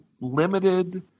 limited